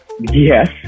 yes